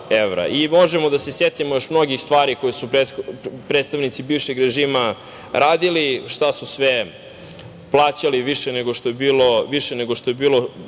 Možemo da se setimo još mnogih stvari koje su predstavnici bivšeg režima radili, šta su sve plaćali više nego što je bilo